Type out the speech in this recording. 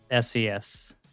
SES